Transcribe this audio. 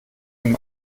ihm